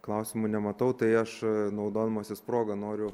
klausimų nematau tai aš naudodamasis proga noriu